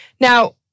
Now